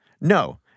No